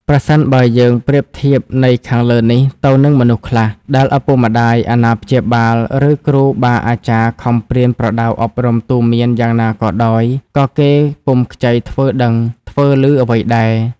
ប្រសិនបើយើងប្រៀបធៀបន័យខាងលើនេះទៅនឹងមនុស្សខ្លះ ដែលឳពុកម្តាយ អាណាព្យាបាល ឬគ្រូបាអាចារ្យខំប្រៀនប្រដៅអប់រំទូន្មានយ៉ាងណាក៏ដោយ ក៏គេពុំខ្ចីធ្វើដឹង ធ្វើឮអ្វីដែរ។